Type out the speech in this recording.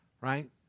right